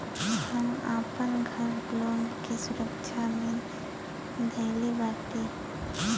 हम आपन घर लोन के सुरक्षा मे धईले बाटी